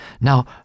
Now